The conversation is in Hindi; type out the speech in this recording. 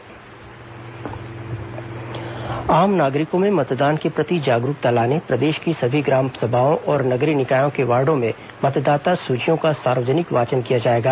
मतदाता सूची वाचन आम नागरिकों में मतदान के प्रति जागरूकता लाने प्रदेश की सभी ग्राम सभाओं और नगरीय निकायों के वार्डो में मतदाता सूचियों का सार्वजनिक वाचन किया जाएगा